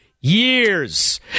years